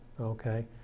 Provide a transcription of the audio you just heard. Okay